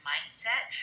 Mindset